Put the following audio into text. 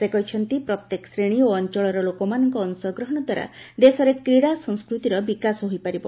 ସେ କହିଛନ୍ତି ପ୍ରତ୍ୟେକ ଶ୍ରେଣୀ ଓ ଅଞ୍ଚଳର ଲୋକମାନଙ୍କ ଅଂଶଗ୍ରହଣ ଦ୍ୱାରା ଦେଶରେ କ୍ରୀଡ଼ା ସଂସ୍କୃତିର ବିକାଶ ହୋଇପାରିବ